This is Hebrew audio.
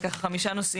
אז אלה ככה חמישה נושאים.